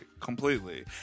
completely